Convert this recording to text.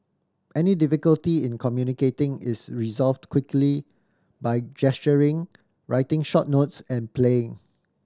any difficulty in communicating is resolved quickly by gesturing writing short notes and playing